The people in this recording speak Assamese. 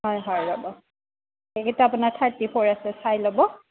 হয় হয় ৰ'ব এইকেইটা আপোনাৰ থাৰ্টি ফ'ৰ আছে চাই ল'ব